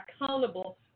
accountable